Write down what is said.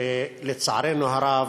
לצערנו הרב,